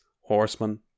horsemen